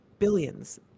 Billions